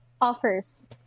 Offers